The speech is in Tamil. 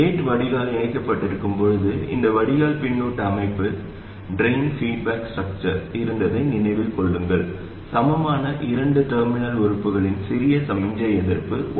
கேட் வடிகால் இணைக்கப்பட்டிருக்கும் போது இந்த வடிகால் பின்னூட்ட அமைப்பு இருந்ததை நினைவில் கொள்ளுங்கள் சமமான இரண்டு டெர்மினல் உறுப்புகளின் சிறிய சமிக்ஞை எதிர்ப்பு 1gm